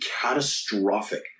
catastrophic